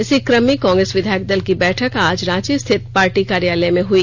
इसी कम में कांग्रेस विधायक दल की बैठक आज रांची स्थित पार्टी कार्यालय में हुई